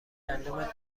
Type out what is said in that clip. گندمت